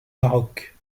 maroc